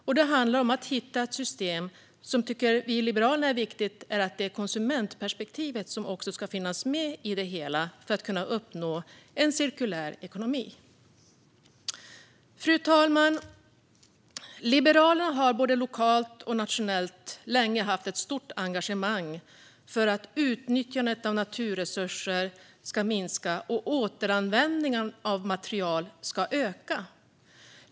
Vi i Liberalerna tycker att det är viktigt att hitta ett system där konsumentperspektivet finns med för att vi ska kunna uppnå en cirkulär ekonomi. Fru talman! Liberalerna har länge haft ett stort engagemang, både lokalt och nationellt, för att utnyttjandet av naturresurser ska minska och återanvändningen av material öka.